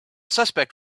suspect